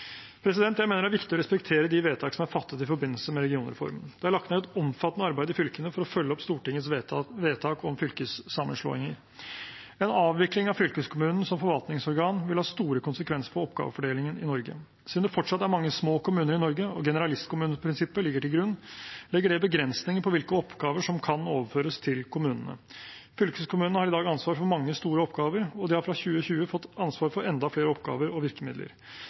Jeg mener det er viktig å respektere de vedtak som er fattet i forbindelse med regionreformen. Det er lagt ned et omfattende arbeid i fylkene for å følge opp Stortingets vedtak om fylkessammenslåinger. En avvikling av fylkeskommunen som forvaltningsorgan vil ha store konsekvenser for oppgavefordelingen i Norge. Siden det fortsatt er mange små kommuner i Norge og generalistkommuneprinsippet ligger til grunn, legger det begrensninger på hvilke oppgaver som kan overføres til kommunene. Fylkeskommunene har i dag ansvar for mange store oppgaver, og de har fra 2020 fått ansvar for enda flere oppgaver og virkemidler.